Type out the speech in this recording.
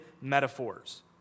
metaphors